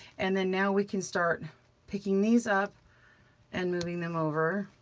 and then now we can start picking these up and moving them over.